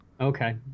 Okay